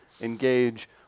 engage